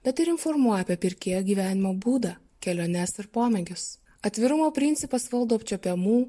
bet ir informuoja apie pirkėjo gyvenimo būdą keliones ir pomėgius atvirumo principas valdo apčiuopiamų